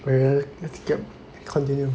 wait wait wait let's get continue